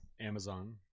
Amazon